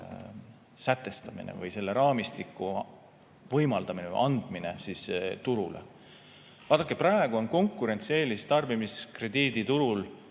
sätestamine või selle raamistiku võimaldamine, andmine turule. Vaadake, praegu on konkurentsieelis tarbimiskrediiditurul